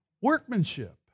workmanship